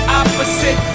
opposite